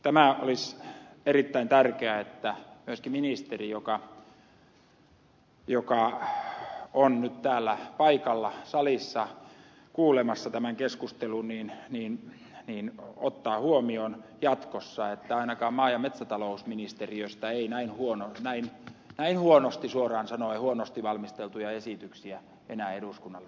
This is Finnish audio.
tämä olisi erittäin tärkeää että myöskin ministeri joka on nyt täällä paikalla salissa kuulemassa tämän keskustelun niin niin mä en voi ottaa huomioon jatkossa että ainakaan maa ja metsätalousministeriöstä ei näin huonosti suoraan sanoen valmisteltuja esityksiä enää eduskunnalle tulisi